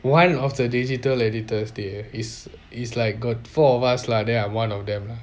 one of the digital editors dey is is like got four of us lah then I am one of them lah